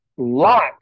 Lot